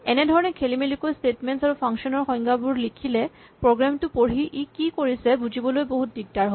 এনেধৰণে খেলিমেলিকৈ স্টেটমেন্ট আৰু ফাংচন ৰ সংজ্ঞাবোৰ লিখিলে প্ৰগ্ৰেম টো পঢ়ি ই কি কৰিছে বুজিবলৈ বহুত দিগদাৰ হয়